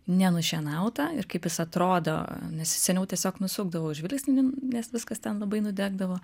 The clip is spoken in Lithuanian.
nenušienautą ir kaip jis atrodo nes seniau tiesiog nusukdavau žvilgsnį nes viskas ten labai nudegdavo